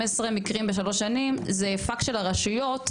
15 מקרים בשלוש שנים זה פאק של הרשויות,